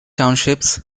townships